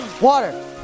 Water